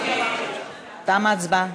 תמה ההצבעה.